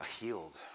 healed